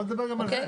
בואי נדבר גם על זה.